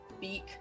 beak